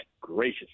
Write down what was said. gracious